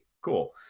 cool